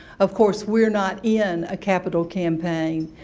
of course, we're not in a capital campaign,